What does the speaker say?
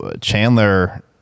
Chandler